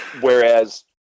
Whereas